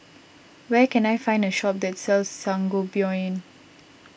where can I find a shop that sells Sangobion